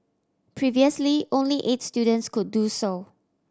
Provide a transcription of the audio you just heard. previously only eight students could do so